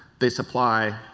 they supply,